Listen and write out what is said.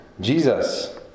Jesus